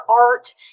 art